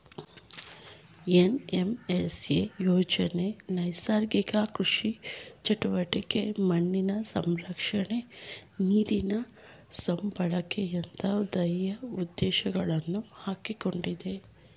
NMSA ಯೋಜನೆ ನೈಸರ್ಗಿಕ ಕೃಷಿ ಚಟುವಟಿಕೆ, ಮಣ್ಣಿನ ಸಂರಕ್ಷಣೆ, ನೀರಿನ ಸದ್ಬಳಕೆಯಂತ ಧ್ಯೇಯೋದ್ದೇಶಗಳನ್ನು ಹಾಕಿಕೊಂಡಿದೆ